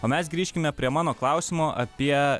o mes grįžkime prie mano klausimo apie